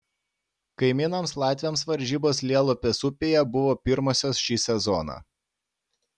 kaimynams latviams varžybos lielupės upėje buvo pirmosios šį sezoną